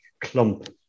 clump